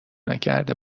نکرده